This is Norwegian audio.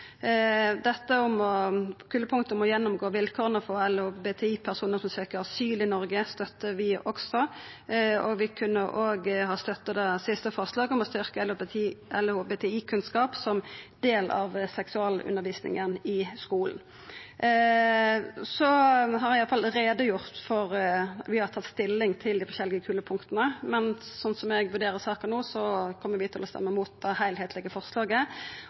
om å gjennomgå vilkåra for LHBTI-personar som søkjer asyl i Noreg, støttar vi også. Vi kunne òg ha støtta forslaget om å styrkja LHBTI-kunnskap som del av seksualundervisninga i skulen. No har eg i alle fall gjort greie for korleis vi har tatt stilling til dei forskjellige strekpunkta, men slik eg vurderer saka no, kjem vi til å stemma imot det heilskaplege forslaget.